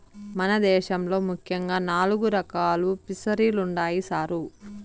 మన దేశంలో ముఖ్యంగా నాలుగు రకాలు ఫిసరీలుండాయి సారు